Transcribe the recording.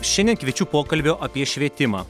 šiandien kviečiu pokalbio apie švietimą